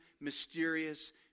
mysterious